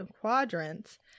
quadrants